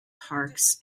parks